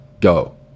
go